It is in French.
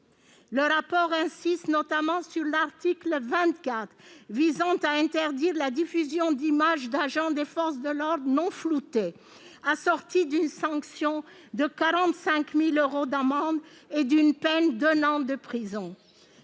Le rapport insiste notamment sur l'article 24, qui vise à interdire la diffusion d'images d'agents des forces de l'ordre non floutées, assortie d'une sanction de 45 000 euros d'amende et d'une peine d'un an de prison.